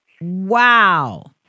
Wow